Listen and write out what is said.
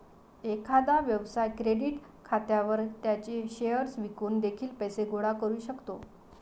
एखादा व्यवसाय क्रेडिट खात्यावर त्याचे शेअर्स विकून देखील पैसे गोळा करू शकतो